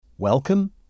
Welcome